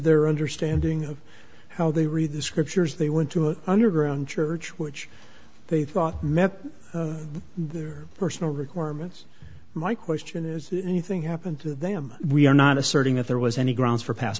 their understanding of how they read the scriptures they went to an underground church which they thought met their personal requirements my question is anything happened to them we are not asserting that there was any grounds